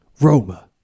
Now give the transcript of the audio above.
Roma